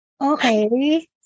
Okay